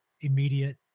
immediate